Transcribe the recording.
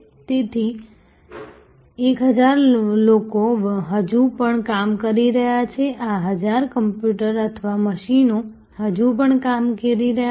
તેથી 1000 લોકો હજુ પણ કામ કરી રહ્યા છે આ 1000 કમ્પ્યુટર અથવા મશીનો હજુ પણ કામ કરી રહ્યા છે